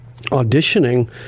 auditioning